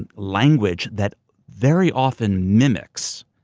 and language that very often mimics,